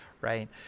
Right